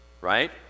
Right